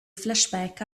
flashback